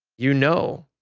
you know.